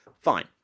fine